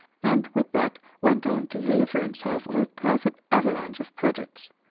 and with that went on to deliver himself of a perfect avalanche of projects.